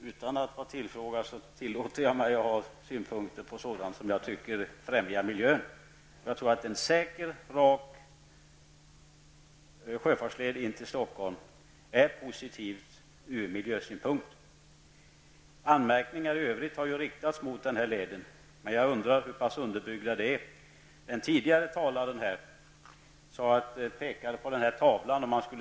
Utan att vara tillfrågad tillåter jag mig ha synpunkter på sådant som jag tycker främjar miljön. Jag anser att en säker och rak sjöfartsled in till Stockholm är positiv ur miljösynpunkt. Anmärkningar i övrigt har riktats mot denna led, men jag undrar hur underbyggda de är. En tidigare talare redogjorde för hur det gick till att spränga berg.